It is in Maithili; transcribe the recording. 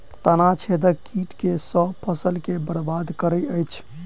तना छेदक कीट केँ सँ फसल केँ बरबाद करैत अछि?